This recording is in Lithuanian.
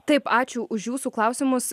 taip ačiū už jūsų klausimus